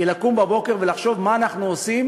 היא לקום בבוקר ולחשוב מה אנחנו עושים